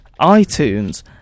iTunes